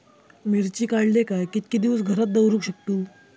मिर्ची काडले काय कीतके दिवस घरात दवरुक शकतू?